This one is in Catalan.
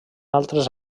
altres